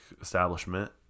establishment